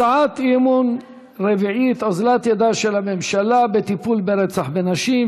הצעת אי-אמון רביעית: אוזלת ידה של הממשלה בטיפול ברצח נשים,